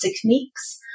techniques